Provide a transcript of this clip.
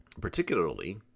Particularly